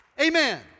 Amen